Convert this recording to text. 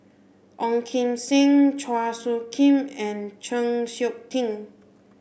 Ong Kim Seng Chua Soo Khim and Chng Seok Tin